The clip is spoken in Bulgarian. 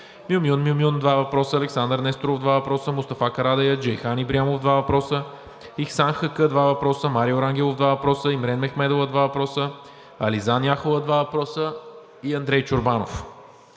Мюмюн Мюмюн (два въпроса); Александър Несторов (два въпроса); Мустафа Карадайъ; Джейхан Ибрямов (два въпроса); Ихсан Хаккъ (два въпроса); Марио Рангелов (два въпроса); Имрен Мехмедова (два въпроса); Ализан Яхова (два въпроса); и Андрей Чорбанов.